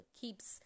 keeps